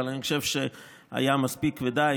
אבל אני חושב שהיה מספיק ודי,